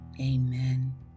Amen